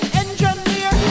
engineer